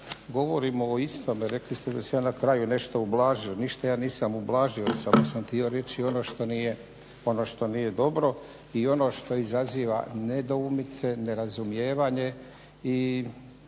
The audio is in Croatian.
govorimo o istome, rekli ste da sam ja na kraju nešto ublažio, ništa ja nisam ublažio, samo sam htio reći ono što nije dobro i ono što izaziva nedoumice, nerazumijevanje i